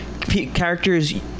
characters